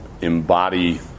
embody –